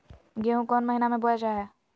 गेहूँ कौन महीना में बोया जा हाय?